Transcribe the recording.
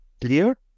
clear